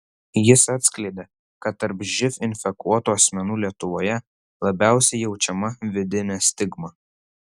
jis atskleidė kad tarp živ infekuotų asmenų lietuvoje labiausiai jaučiama vidinė stigma